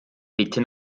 bitte